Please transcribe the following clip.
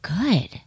good